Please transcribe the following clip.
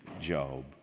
Job